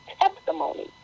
testimony